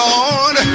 Lord